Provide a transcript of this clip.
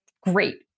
great